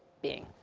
being.